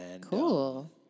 Cool